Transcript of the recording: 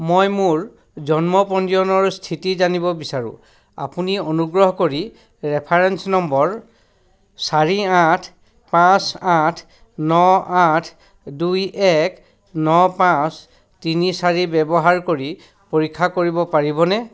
মই মোৰ জন্ম পঞ্জীয়নৰ স্থিতি জানিব বিচাৰো আপুনি অনুগ্ৰহ কৰি ৰেফাৰেন্স নম্বৰ চাৰি আঠ পাঁচ আঠ ন আঠ দুই এক ন পাঁচ তিনি চাৰি ব্যৱহাৰ কৰি পৰীক্ষা কৰিব পাৰিবনে